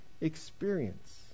experience